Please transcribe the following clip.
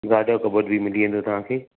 guard जो कॿटु बि मिली वेंदो तव्हां खे